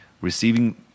receiving